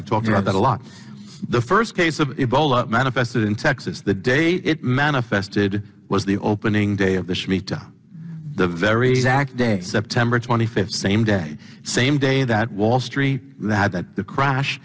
you talked about that a lot the first case of ebola manifested in texas the day it manifested was the opening day of the shmita the very day september twenty fifth same day same day that wall street that the crash